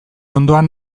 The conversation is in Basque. ondoan